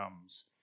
comes